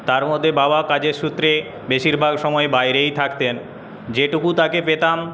তার মধ্যে বাবা কজের সূত্রে বেশিরভাগ সময় বাইরেই থাকতেন যেটুকু তাকে পেতাম তার ভালোবাসাটা